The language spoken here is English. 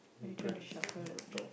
let me try to shuffle the card